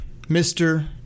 Mr